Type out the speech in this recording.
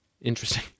interesting